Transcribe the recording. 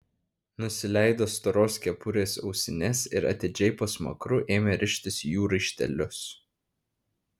nusileido storos kepurės ausines ir atidžiai po smakru ėmė rištis jų raištelius